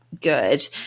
good